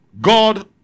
God